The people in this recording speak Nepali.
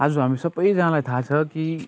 आज हामी सबैजनालाई थाहा छ कि